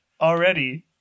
already